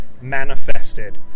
manifested